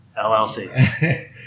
LLC